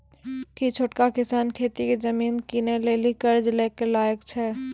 कि छोटका किसान खेती के जमीन किनै लेली कर्जा लै के लायक छै?